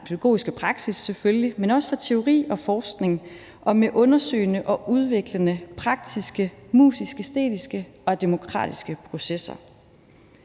pædagogiske praksis – selvfølgelig – men også fra teori og forskning og med undersøgende og udviklende praktiske, musisk-æstetiske og demokratiske processer.